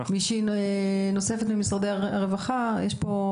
מישהי נוספת ממשרד הרווחה מבקשת להתייחס?